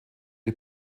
die